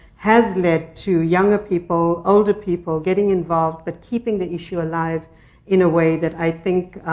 has led to younger people, older people, getting involved, but keeping the issue alive in a way that i think